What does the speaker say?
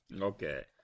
Okay